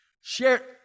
Share